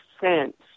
Cents